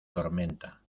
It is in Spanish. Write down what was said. tormenta